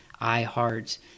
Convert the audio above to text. iHeart